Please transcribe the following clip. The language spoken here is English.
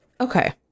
Okay